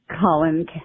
Colin